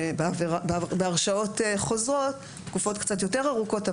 בהרשעות חוזרות התקופות קצת יותר ארוכות,